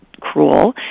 cruel